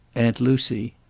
aunt lucy.